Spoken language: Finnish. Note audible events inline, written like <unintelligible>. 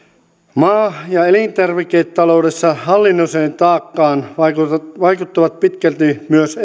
maa ja elintarviketaloudessa hallinnolliseen taakkaan vaikuttavat vaikuttavat pitkälti myös <unintelligible>